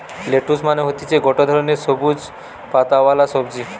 lettuce মানে হতিছে গটে ধরণের সবুজ পাতাওয়ালা সবজি